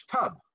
tub